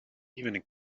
evening